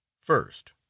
First